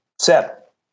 set